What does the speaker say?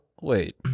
wait